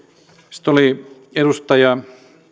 sitten oli edustaja